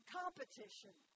competition